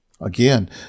Again